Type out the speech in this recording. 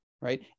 right